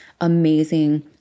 amazing